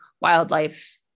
wildlife